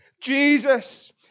Jesus